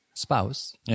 spouse